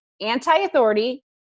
anti-authority